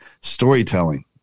storytelling